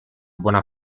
buona